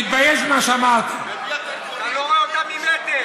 אתה לא רואה אותם ממטר.